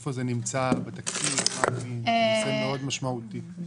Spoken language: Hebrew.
ואיפה זה נמצא בתקציב, מדובר בנושא מאוד משמעותי.